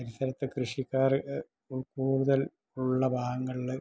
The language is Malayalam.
പരിസരത്ത് കൃഷിക്കാർ കൂടുതൽ ഉള്ള ഭാഗങ്ങളിൽ